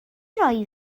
rhoi